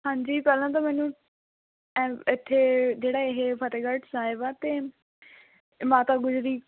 ਹਾਂਜੀ ਪਹਿਲਾਂ ਤਾਂ ਮੈਨੂੰ ਇੱਥੇ ਜਿਹੜਾ ਇਹ ਫਤਿਹਗੜ੍ਹ ਸਾਹਿਬ ਆ ਅਤੇ ਮਾਤਾ ਗੁਜਰੀ